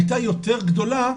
הייתה יותר גדולה,